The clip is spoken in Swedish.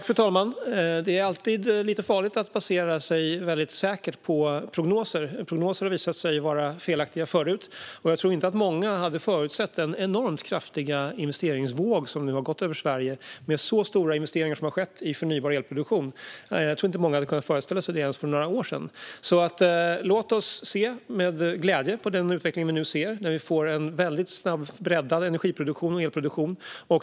Fru talman! Det är alltid lite farligt att uttala sig väldigt säkert baserat på prognoser. Prognoser har visat sig vara felaktiga förut. Jag tror inte att många hade kunnat förutse den enormt kraftiga investeringsvåg som nu har gått över Sverige med så stora investeringar som har skett i förnybar elproduktion. Jag tror att många inte ens hade kunnat föreställa sig det för några år sedan. Låt oss glädjas åt den utveckling vi nu ser när vi får en väldigt snabbt breddad energi och elproduktion.